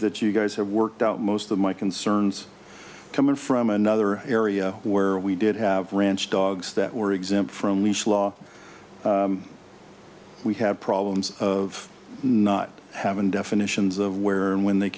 that you guys have worked out most of my concerns coming from another area where we did have branch dogs that were exempt from leash law we have problems of not having definitions of where and when they